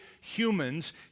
humans